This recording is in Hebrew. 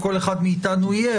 כלומר כמה דיונים מסוג זה וזה יש,